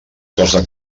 cosa